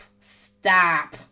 stop